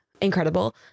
Incredible